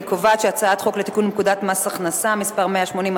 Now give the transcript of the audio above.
אני קובעת שחוק לתיקון פקודת מס הכנסה (מס' 180),